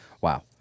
Wow